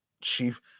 Chief